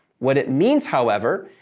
what it means, however,